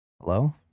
Hello